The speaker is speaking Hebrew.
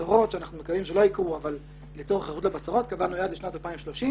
הבצורות שאנחנו מקווים שלא יקרו אבל קבענו יעד לשנת 2030,